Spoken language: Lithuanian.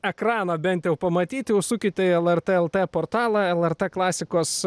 ekraną bent jau pamatyti užsukite į lrt lt portalą lrt klasikos